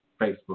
Facebook